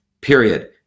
period